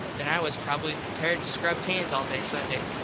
then i was probably prepared to scrub pans all day sunday.